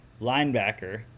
linebacker